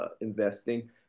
investing